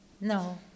no